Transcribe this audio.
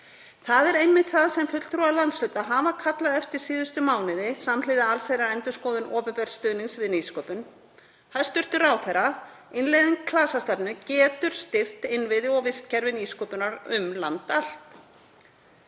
Það er einmitt það sem fulltrúar landshluta hafa kallað eftir síðustu mánuði samhliða allsherjarendurskoðun opinbers stuðnings við nýsköpun. Hæstv. ráðherra. Innleiðing klasastefnu getur styrkt innviði og vistkerfi nýsköpunar um land allt.